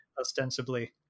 ostensibly